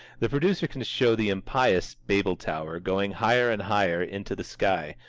the producer can show the impious babel tower, going higher and higher into the sky,